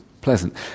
pleasant